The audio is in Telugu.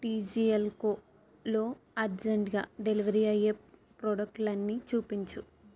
టీజీఎల్ కో లో అర్జెంట్గా డెలివరీ అయ్యే ప్రాడక్టులన్నీ చూపించు